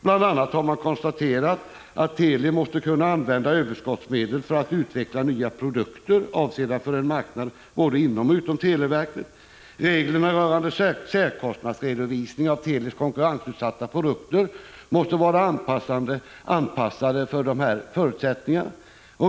Man har bl.a. konstaterat att Teli måste kunna använda överskottsmedel för att utveckla nya produkter avsedda för en marknad både inom och utom televerket. Reglerna rörande särkostnadsredovisning och Telis konkurrens utsatta produkter måste vara anpassade till dessa förutsättningar.